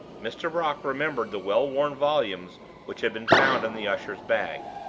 mr. brock remembered the well-worn volumes which had been found in the usher's bag.